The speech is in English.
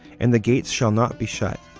and the gates shall not be shut.